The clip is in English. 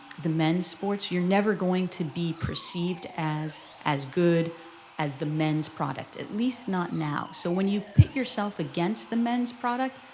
the men's sports. you're never going to be perceived as as good as the men's product. at least not now. so when you pit yourself against the men's product,